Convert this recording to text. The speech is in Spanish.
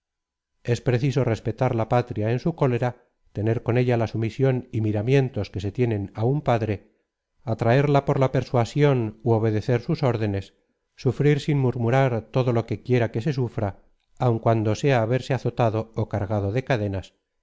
es preciso respetar la patria en su cólera tener con ella la sumisión y miramientos que se tienen á un padre atraerla por la persuasión ú obedecer sus órdenes sufrir sin murmurar todo lo que quiera que se sufra aun cuando sea verse azotado ó cargado de cadenas